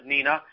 Nina